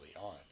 on